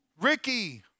Ricky